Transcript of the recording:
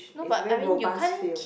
it's a very robust feel